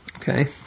Okay